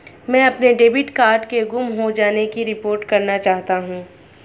मैं अपने debit card के गुम हो जाने की रिपोर्ट करना चाहता हूँ